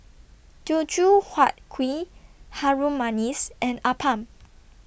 Teochew Huat Kuih Harum Manis and Appam